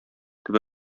төбе